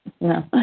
No